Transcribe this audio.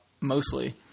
mostly